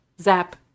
zap